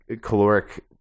caloric